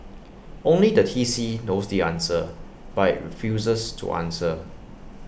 only the T C knows the answer but IT refuses to answer